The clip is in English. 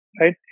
right